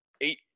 eight